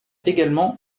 également